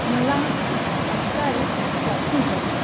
मला आत एक कॉफी हवी